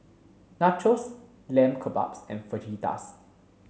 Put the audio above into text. Nachos Lamb Kebabs and Fajitas